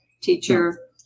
teacher